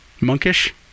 Monkish